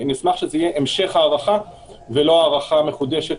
נשמח שיהיה המשך הארכה ולא הארכה מחודשת,